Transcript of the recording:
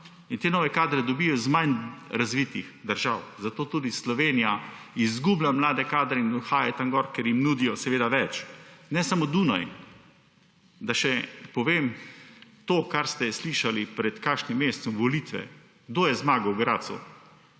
Te nove kadre dobijo iz manj razvitih držav, zato tudi Slovenija izgublja mlade kadre in odhaja tja gor, ker jim seveda nudijo več. Ne samo Dunaj, da povem še to, kar ste slišali pred kakšnim mesecem, volitve – kdo je zmagal v Gradcu?